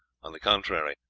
on the contrary,